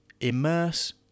immerse